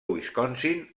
wisconsin